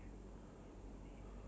in the afternoon lah